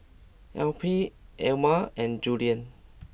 Alpheus Elma and Julian